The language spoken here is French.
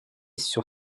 sur